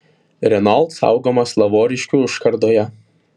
renault saugomas lavoriškių užkardoje